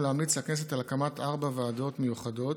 להמליץ לכנסת על הקמת ארבע ועדות מיוחדות,